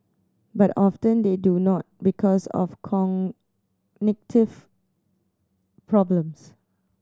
but often they do not because of cognitive problems